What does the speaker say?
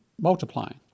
multiplying